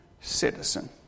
citizen